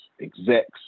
execs